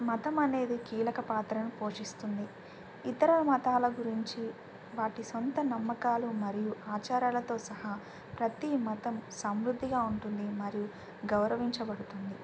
మతం అనేది కీలక పాత్రను పోషిస్తుంది ఇతర మతాల గురించి వాటి సొంత నమ్మకాలు మరియు ఆచారాలతో సహా ప్రతి మతం సమృద్ధిగా ఉంటుంది మరియు గౌరవించబడుతుంది